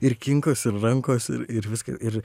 ir kinkos ir rankos ir ir viska ir